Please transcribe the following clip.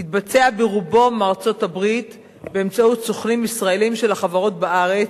התבצע מארצות-הברית באמצעות סוכנים ישראלים של החברות בארץ,